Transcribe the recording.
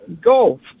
golf